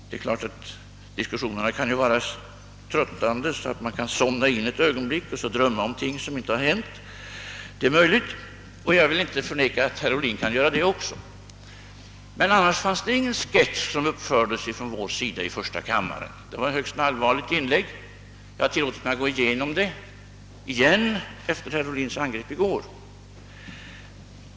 Det är klart att diskussionerna kan vara så tröttande att man somnar in ett ögonblick och drömmer om ting som inte hänt, och jag vill inte förneka att herr Ohlin har lov att göra det. Men det uppfördes inte någon sketch av mig i första kammaren, utan det var fråga om ett högst allvarligt inlägg. Jag har gått igenom det på nytt efter herr Ohlins angrepp i går.